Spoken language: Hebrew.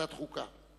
לוועדת החוקה?